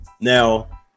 Now